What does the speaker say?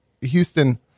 Houston